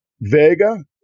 Vega